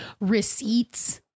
receipts